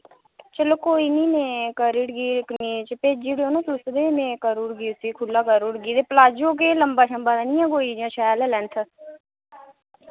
चलो कोई नि मैं करी ओड़गी कमीच भेजी ओड़ेओ ना तुस ते में करुड़गी उसी खुल्ला करुड़गी ते प्लाजो केह् लम्बा शम्बा ते नि ऐ कोई जां शैल ऐ लैंथ